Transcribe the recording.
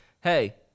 Hey